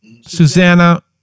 Susanna